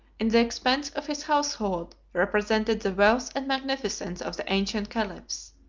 in the expense of his household, represented the wealth and magnificence of the ancient caliphs.